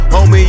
Homie